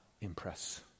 impress